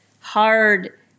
hard